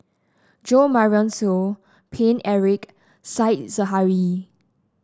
Jo Marion Seow Paine Eric Said Zahari